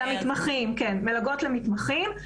כן, מלגות למתמחים.